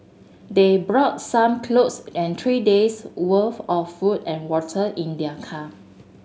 they brought some clothes and three days' worth of food and water in their car